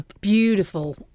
beautiful